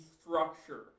structure